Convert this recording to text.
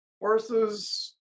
Horses